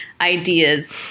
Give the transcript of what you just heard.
ideas